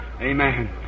Amen